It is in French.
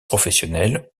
professionnel